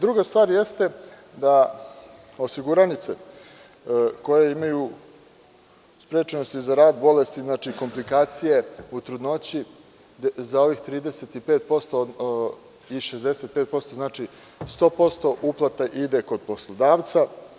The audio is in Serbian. Druga stvar jeste da osiguranice koje imaju sprečenosti za rad, bolesti, komplikacije u trudnoći, za ovih 35% i 65%, znači 100% uplate ide kod poslodavca.